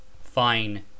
Fine